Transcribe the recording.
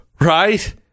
Right